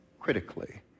Critically